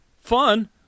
fun